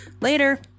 Later